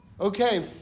Okay